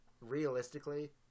realistically